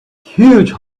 huge